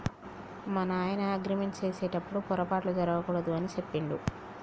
మా నాయన అగ్రిమెంట్ సేసెటప్పుడు పోరపాట్లు జరగకూడదు అని సెప్పిండు